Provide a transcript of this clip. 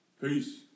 Peace